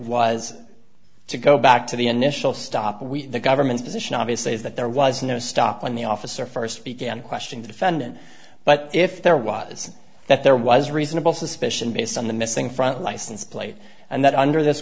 was to go back to the initial stop with the government's position obviously is that there was no stop when the officer first began to question the defendant but if there was that there was a reasonable suspicion based on the missing front license plate and that under this